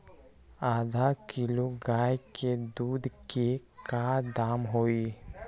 आधा किलो गाय के दूध के का दाम होई?